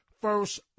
first